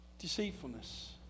Deceitfulness